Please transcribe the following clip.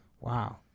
Wow